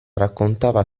raccontava